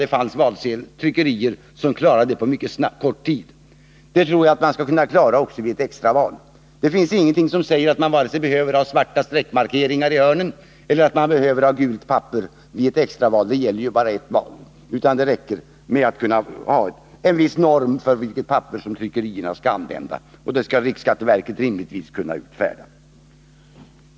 Det fanns tryckerier som kunde göra detta på mycket kort tid. Jag tror att man skall kunna klara detta också vid ett extraval. Det finns ingenting som säger att man vid ett extraval behöver ha vare sig svarta streckmarkeringar i hörnen eller gult papper; det gäller ju bara ett val. Det räcker med att ha en viss norm för vilket papper tryckerierna skall använda, och en sådan norm skall riksskatteverket rimligtvis kunna utfärda.